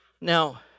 Now